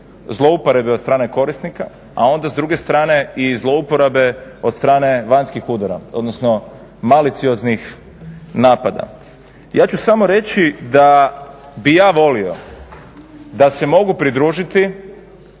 zlouporabe od strane korisnika, a onda s druge strane i zlouporabe od strane vanjskih udara odnosno malicioznih napada. Ja ću samo reći da bih ja volio da se mogu pridružiti